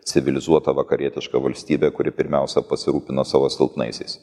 civilizuota vakarietiška valstybė kuri pirmiausia pasirūpino savo silpnaisiais